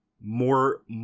more